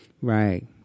Right